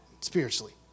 spiritually